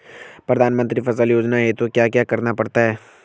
प्रधानमंत्री फसल योजना हेतु क्या क्या करना पड़ता है?